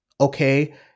Okay